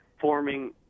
forming